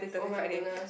oh my-goodness